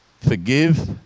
Forgive